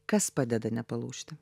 kas padeda nepalūžti